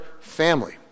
family